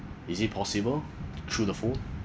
is it possible through the phone